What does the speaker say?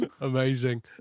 Amazing